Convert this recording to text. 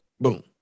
Boom